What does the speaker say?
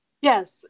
Yes